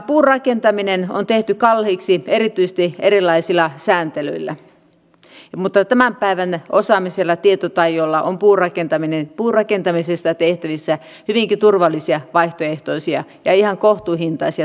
puurakentaminen on tehty kalliiksi erityisesti erilaisilla sääntelyillä mutta tämän päivän osaamisella ja tietotaidolla on puurakentamisesta tehtävissä hyvinkin turvallisia vaihtoehtoisia ja ihan kohtuuhintaisia toimivia ratkaisuja